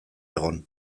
egon